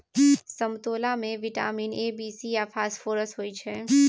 समतोला मे vitamin A, B, C आ फास्फोरस होइ छै